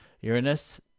Uranus